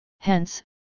Hence